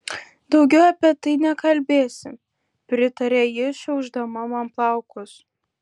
daugiau apie tai nekalbėsim pritarė ji šiaušdama man plaukus